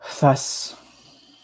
Thus